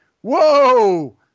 whoa